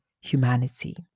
humanity